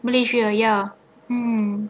malaysia ya mm